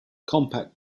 compact